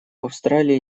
австралии